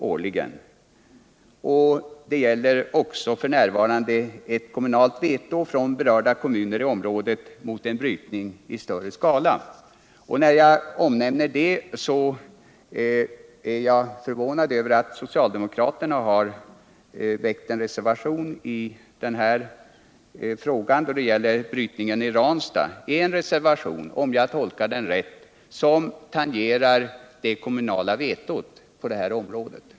F.n. gäller också eu kommunalt veto från berörda kommuner i området mot en brytning i större skala. Jag är förvånad över att socialdemokraterna har avgett en reservation i fråga om brytningen i Ranstad. Om jag tolkar reservationen rätt tangerar den det kommunala vetot på det här området.